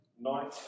night